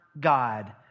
God